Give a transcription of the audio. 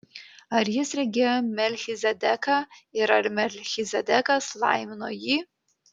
ar jis regėjo melchizedeką ir ar melchizedekas laimino jį